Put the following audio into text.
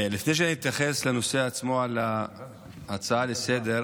לפני שאני אתייחס לנושא עצמו של ההצעה לסדר-היום,